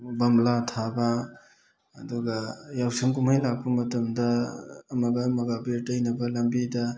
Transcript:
ꯕꯣꯝꯕ꯭ꯂꯥ ꯊꯥꯕ ꯑꯗꯨꯒ ꯌꯥꯎꯁꯪ ꯀꯨꯝꯍꯩ ꯂꯥꯛꯄ ꯃꯇꯝꯗ ꯑꯃꯒ ꯑꯃꯒ ꯑꯕꯦꯔ ꯇꯩꯅꯕ ꯂꯝꯕꯤꯗ